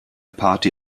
party